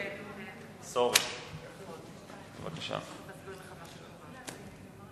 אני מוכן, לזווית שלך לא שמנו לב.